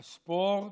לספורט,